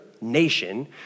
nation